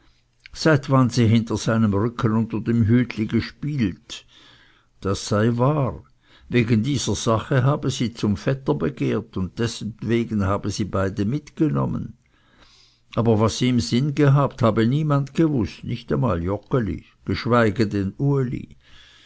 seit wann sie hinter seinem rücken unter dem hütli spiele das sei wahr wegen dieser sache habe sie zum vetter begehrt und dessetwegen habe sie beide mitgenommen aber was sie im sinn gehabt habe niemand gewußt nicht einmal joggeli geschweige denn uli